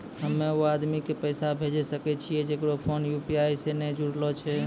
हम्मय उ आदमी के पैसा भेजै सकय छियै जेकरो फोन यु.पी.आई से नैय जूरलो छै?